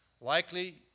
Likely